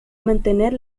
mantener